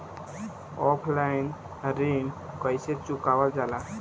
Offline ऋण कइसे चुकवाल जाला?